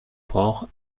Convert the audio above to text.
port